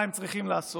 מה הם צריכים לעשות.